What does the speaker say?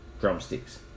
drumsticks